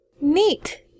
Neat